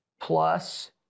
plus